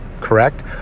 correct